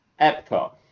Epcot